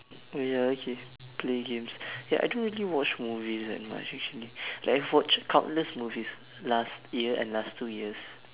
oh ya okay play games ya I don't really watch movies that much actually like I've watched countless movies last year and last two years